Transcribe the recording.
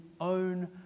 own